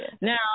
Now